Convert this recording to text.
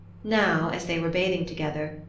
now as they were bathing together,